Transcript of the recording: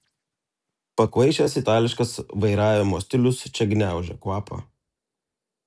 pakvaišęs itališkas vairavimo stilius čia gniaužia kvapą